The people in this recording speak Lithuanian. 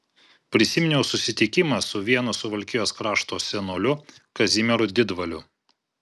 prisiminiau susitikimą su vienu suvalkijos krašto senoliu kazimieru didvaliu